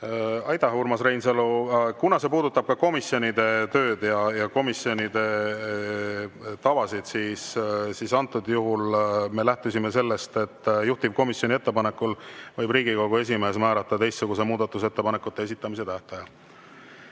Aitäh, Urmas Reinsalu! See puudutab ka komisjonide tööd ja komisjonide tavasid. Antud juhul me lähtusime sellest, et juhtivkomisjoni ettepanekul võib Riigikogu esimees määrata teistsuguse muudatusettepanekute esitamise tähtaja.